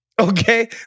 okay